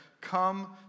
Come